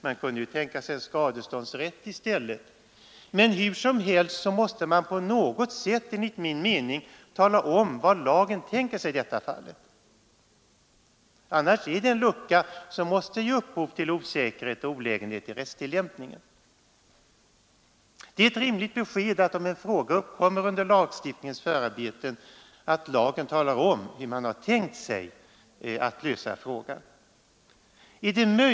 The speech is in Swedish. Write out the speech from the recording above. Man kunde ju till exempel tänka sig skadeståndsrätt i stället. Hur som helst måste man på något sätt tala om vad lagstiftaren tänker sig i detta fall. Annars är det en lucka som måste ge upphov till osäkerhet och olägenhet i rättstillämpningen. Det är rimligt att om en fråga uppkommer under lagstiftningens förarbeten, lagen talar om hur man har tänkt sig att lösa frågan.